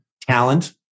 Talent